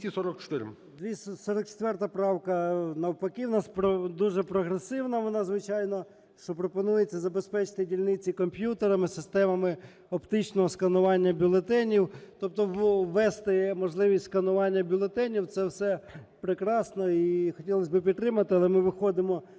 244 правка навпаки у нас дуже прогресивна, вона, звичайно, що пропонується забезпечити дільниці комп'ютерами, системами оптичного сканування бюлетенів, тобто ввести можливість сканування бюлетенів. Це все прекрасно і хотілось би підтримати, але ми виходимо з